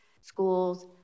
schools